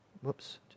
whoops